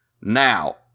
Now